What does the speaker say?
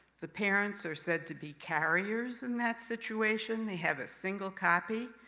the parents are said to be carriers in that situation. they have a single copy,